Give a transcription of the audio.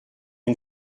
une